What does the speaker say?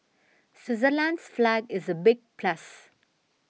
Switzerland's flag is a big plus